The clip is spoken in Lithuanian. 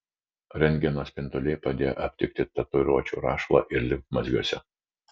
rentgeno spinduliai padėjo aptikti tatuiruočių rašalo ir limfmazgiuose